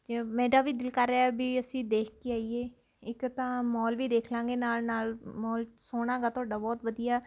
ਮੇਰਾ ਵੀ ਦਿਲ ਕਰ ਰਿਹਾ ਵੀ ਅਸੀਂ ਦੇਖ ਕੇ ਆਈਏ ਇੱਕ ਤਾਂ ਮੌਲ ਵੀ ਦੇਖ ਲਵਾਂਗੇ ਨਾਲ ਨਾਲ ਮੋਲ ਸੋਹਣਾ ਗਾ ਤੁਹਾਡਾ ਬਹੁਤ ਵਧੀਆ